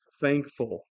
thankful